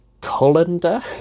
colander